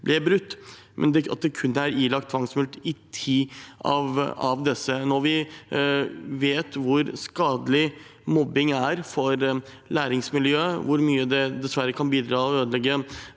ble brutt, men at det er ilagt tvangsmulkt i kun ti av disse. Når vi vet hvor skadelig mobbing er for læringsmiljøet, og hvor mye det dessverre kan bidra til å ødelegge